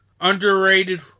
underrated